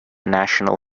national